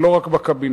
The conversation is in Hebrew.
ולא רק בקבינט,